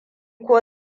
ko